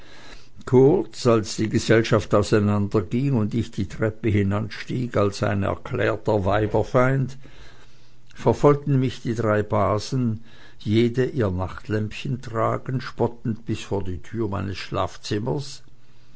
kurz als die gesellschaft auseinanderging und ich die treppe hinanstieg als ein erklärter weiberfeind verfolgten mich die drei basen jede ihr nachtlämpchen tragend spottend bis vor die tür meines schlafzimmers